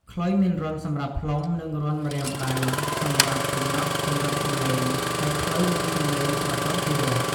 ខ្លុយមានរន្ធសម្រាប់ផ្លុំ និងរន្ធម្រាមដៃសម្រាប់កំណត់កម្រិតសំឡេង ហើយខ្លុយមានសំឡេងស្រទន់ពីរោះ។